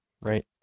Right